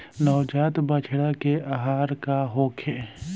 नवजात बछड़ा के आहार का होखे?